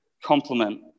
complement